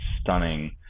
stunning